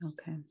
Okay